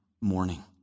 morning